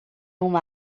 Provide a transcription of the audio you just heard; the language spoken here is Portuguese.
uma